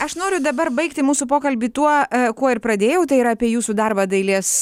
aš noriu dabar baigti mūsų pokalbį tuo kuo ir pradėjau tai yra apie jūsų darbą dailės